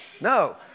no